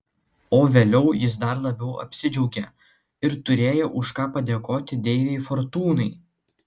o vėliau jis dar labiau apsidžiaugė ir turėjo už ką padėkoti deivei fortūnai